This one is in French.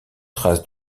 traces